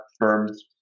firms